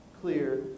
clear